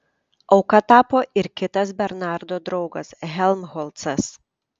auka tapo ir kitas bernardo draugas helmholcas